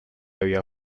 había